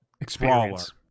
experience